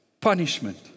punishment